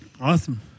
Awesome